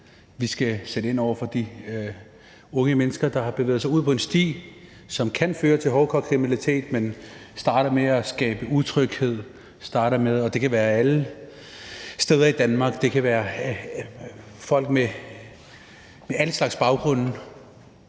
Vi skal sætte ind over for de unge mennesker, der har bevæget sig ud på en sti, der kan føre til hårdkogt kriminalitet, men som starter med at skabe utryghed. Det kan være alle steder i Danmark. Det kan være folk med alle slags baggrund.